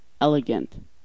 elegant